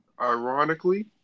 ironically